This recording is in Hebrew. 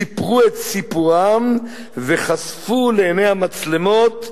הם סיפרו את סיפורם וחשפו לעיני המצלמות,